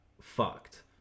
fucked